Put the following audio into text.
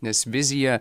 nes vizija